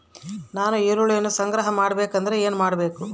ನಾನು ಈರುಳ್ಳಿಯನ್ನು ಸಂಗ್ರಹ ಮಾಡಬೇಕೆಂದರೆ ಏನು ಮಾಡಬೇಕು?